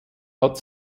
hat